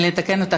אני אתקן אותך,